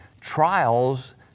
trials